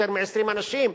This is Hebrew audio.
יותר מ-20 אנשים.